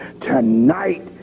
tonight